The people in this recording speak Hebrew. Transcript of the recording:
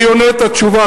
אני עונה את התשובה.